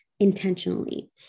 intentionally